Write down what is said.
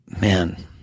Man